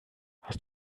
hast